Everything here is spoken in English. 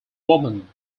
woman